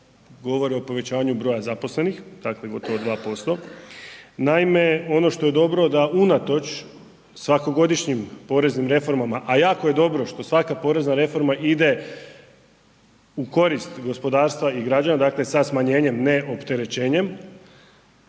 govori o povećanju broja zaposlenih, dakle gotovo 2%. Naime ono što je dobro da unatoč svakogodišnjim poreznim reformama, a jako je dobro što svaka porezna reforma ide u korist gospodarstva i građana, dakle sa smanjenjem, ne opterećenjem,